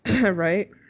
right